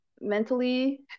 mentally